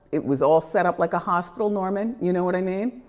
it was all set up like a hospital, norman, you know what i mean?